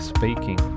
Speaking